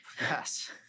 yes